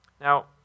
Now